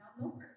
Milford